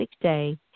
day